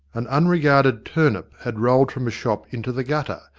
an unregarded turnip had rolled from a shop into the gutter,